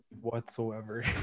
Whatsoever